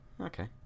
Okay